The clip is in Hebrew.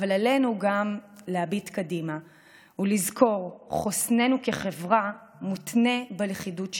אבל עלינו גם להביט קדימה ולזכור: חוסננו כחברה מותנה בלכידות שלנו.